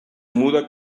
muda